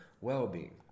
well-being